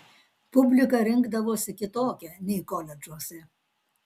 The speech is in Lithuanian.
publika rinkdavosi kitokia nei koledžuose